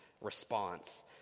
response